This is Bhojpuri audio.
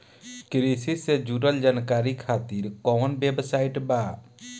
कृषि से जुड़ल जानकारी खातिर कोवन वेबसाइट बा?